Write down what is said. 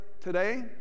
today